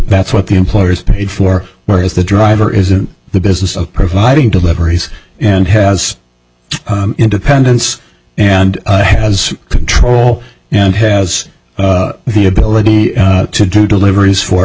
that's what the employer is paid for whereas the driver is in the business of providing deliveries and has independence and has control and has the ability to do deliveries for